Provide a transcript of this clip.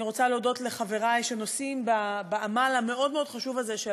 אני רוצה להודות לחברי שנושאים בעול המאוד-חשוב הזה של